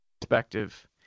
perspective